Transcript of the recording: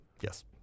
Yes